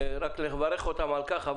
רק לברך אותם על כך,